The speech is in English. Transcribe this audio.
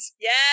Yes